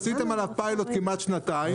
עשיתם עליו פיילוט כמעט שנתיים.